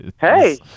Hey